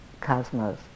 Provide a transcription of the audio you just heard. cosmos